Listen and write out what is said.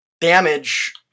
damage